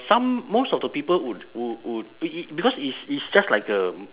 some most of the people would would would it it because it's it's just like a